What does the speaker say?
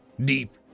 Deep